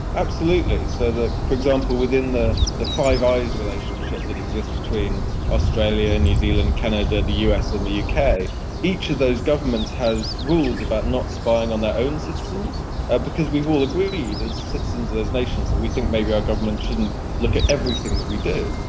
absolutely. so, for example, within the the five eyes relationship that exists between australia and new zealand, canada, the us and the uk, each of those governments has rules about not spying on their own citizens ah because we've all agreed as citizens of those nations that we think maybe our governments shouldn't look at everything that we do.